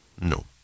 No